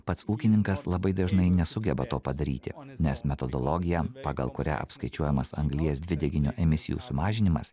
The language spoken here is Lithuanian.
pats ūkininkas labai dažnai nesugeba to padaryti nes metodologija pagal kurią apskaičiuojamas anglies dvideginio emisijų sumažinimas